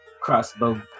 crossbow